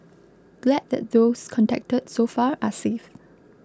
glad that those contacted so far are safe